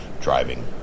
driving